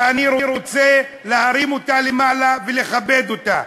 שאני רוצה להרים אותה למעלה ולכבד אותה.